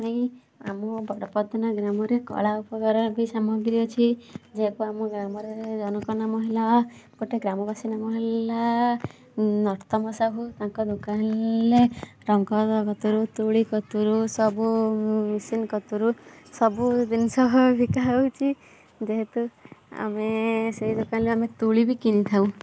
ଆମ ବଡ଼ ପ୍ରଧାନ ଗ୍ରାମରେ କଳା ଉପକରଣ ବି ସାମଗ୍ରୀ ଅଛି ଯାହାକୁ ଆମ ଗ୍ରାମରେ ଜଣଙ୍କ ନାମ ହେଲା ଗୋଟେ ଗ୍ରାମବାସୀ ନାମ ହେଲା ନର୍ତମ ସାହୁ ତାଙ୍କ ଦୋକାନ ହେଲା ଟଙ୍କ କତିରୁ ତୁଳି କତିରୁ ସବୁ ମେସିନ କତିରୁ ସବୁ ଜିନିଷ ବିକା ହଉଛି ଯେହେତୁ ଆମେ ସେଇ ଦୋକାନରୁ ଆମେ ତୁଳି ବି କିଣିଥାଉ